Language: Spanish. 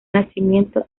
nacimiento